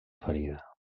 ferida